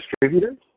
distributors